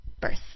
birth